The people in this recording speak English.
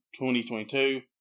2022